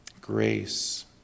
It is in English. Grace